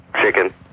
chicken